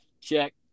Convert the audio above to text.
Check